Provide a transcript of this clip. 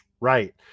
Right